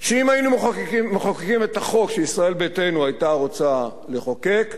שאם היינו מחוקקים את החוק שישראל ביתנו היתה רוצה לחוקק,